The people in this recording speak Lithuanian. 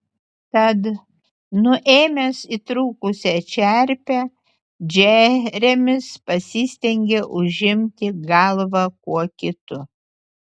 tad nuėmęs įtrūkusią čerpę džeremis pasistengė užimti galvą kuo kitu